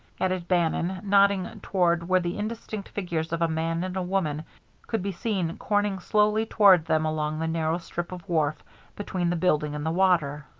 added bannon, nodding toward where the indistinct figures of a man and a woman could be seen coming slowly toward them along the narrow strip of wharf between the building and the water.